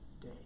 day